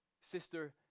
sister